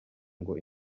ngo